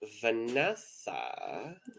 vanessa